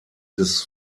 des